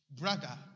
brother